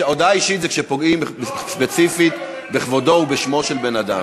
הודעה אישית זה כשפוגעים ספציפית בכבודו ובשמו של בן-אדם.